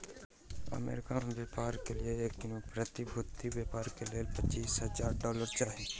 America में व्यापारी के एक दिन में प्रतिभूतिक व्यापार के लेल पचीस हजार डॉलर चाही